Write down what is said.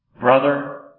Brother